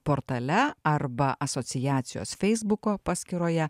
portale arba asociacijos feisbuko paskyroje